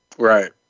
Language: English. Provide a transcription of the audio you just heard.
Right